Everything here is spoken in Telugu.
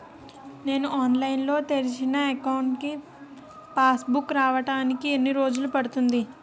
నేను ఆన్లైన్ లో తెరిచిన అకౌంట్ కి పాస్ బుక్ రావడానికి ఎన్ని రోజులు పడుతుంది?